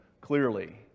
clearly